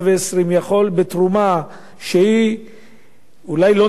יכול בתרומה שהיא אולי לא נעימה,